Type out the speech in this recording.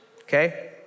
okay